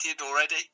already